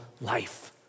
life